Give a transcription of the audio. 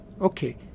okay